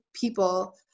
people